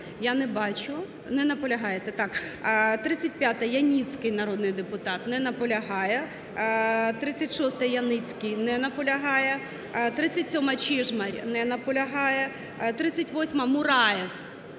Я не бачу. Не наполягаєте. 35-а, Яніцький, народний депутат. Не наполягає. 36-а, Яніцький. Не наполягає. 37-а, Чижмарь. Не наполягає. 38-а, Мураєв.